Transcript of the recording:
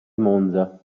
monza